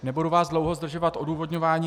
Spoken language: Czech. Nebudu vás dlouho zdržovat odůvodňováním.